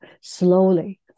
slowly